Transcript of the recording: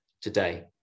today